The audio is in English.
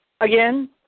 Again